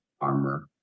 armor